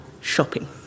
shopping